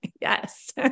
Yes